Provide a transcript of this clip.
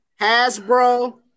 Hasbro